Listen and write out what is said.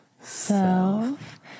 self